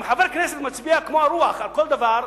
אם חבר כנסת מצביע כמו הרוח על כל דבר,